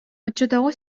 оччотооҕу